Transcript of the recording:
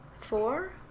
four